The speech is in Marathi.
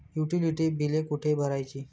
युटिलिटी बिले कुठे भरायची?